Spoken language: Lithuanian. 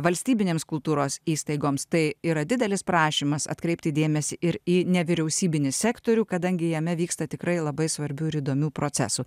valstybinėms kultūros įstaigoms tai yra didelis prašymas atkreipti dėmesį ir į nevyriausybinį sektorių kadangi jame vyksta tikrai labai svarbių ir įdomių procesų